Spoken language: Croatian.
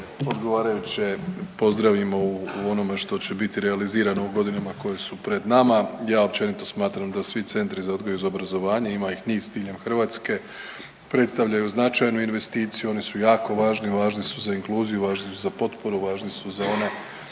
odgovarajuće pozdravimo u onome što će biti realizirano u godinama koje su pred nama. Ja općenito smatram da svi centri za odgoj i obrazovanje ima ih niz diljem Hrvatske predstavljaju značajnu investiciju, oni su jako važni, važni su za inkluziju, važni su za potporu, važni su onu